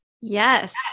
Yes